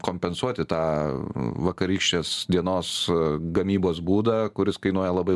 kompensuoti tą vakarykštės dienos gamybos būdą kuris kainuoja labai